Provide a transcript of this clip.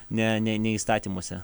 ne ne ne įstatymuose